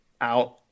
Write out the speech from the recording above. out